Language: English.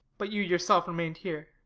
but you yourself remained here?